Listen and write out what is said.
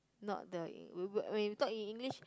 not the when you talk in English